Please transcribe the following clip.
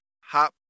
hop